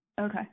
Okay